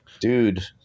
dude